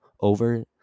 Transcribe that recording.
over